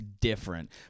Different